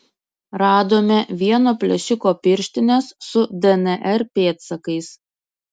radome vieno plėšiko pirštines su dnr pėdsakais